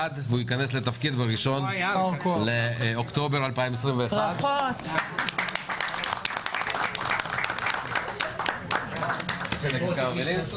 והוא ייכנס לתפקיד ב-1 באוקטובר 2021. אייל יכול להיכנס.